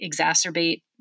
exacerbate